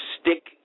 stick